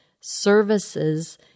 services